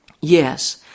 yes